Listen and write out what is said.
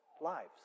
lives